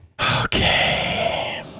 Okay